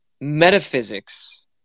metaphysics